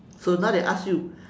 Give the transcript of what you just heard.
so now they ask you